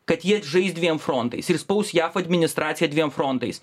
kad jie žais dviem frontais ir spaus jav administraciją dviem frontais